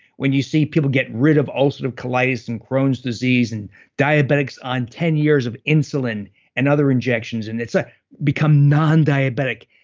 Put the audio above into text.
when you see people get rid of ulcerative colitis, and crohn's disease, and diabetics on ten years of insulin and other injections, and ah become nondiabetic,